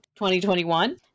2021